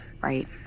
Right